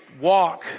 walk